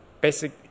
basic